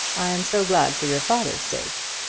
i am so glad, for your father's sake!